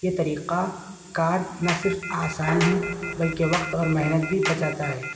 یہ طریقہ کار نہ صرف آسان ہے بلکہ وقت اور محنت بھی پچاتا ہے